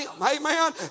amen